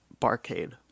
barcade